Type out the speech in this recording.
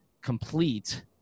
complete